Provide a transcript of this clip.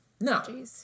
no